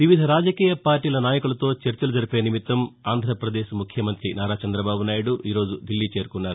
వివిధ రాజకీయ పార్లీల నాయకులతో చర్చలు జరిపే నిమిత్తం ఆంధ్రపదేశ్ ముఖ్యమంత్రి నారా చందబాబు నాయుడు ఈరోజు ధిల్లీ చేరుకున్నారు